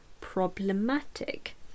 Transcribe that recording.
problematic